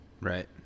right